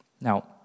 Now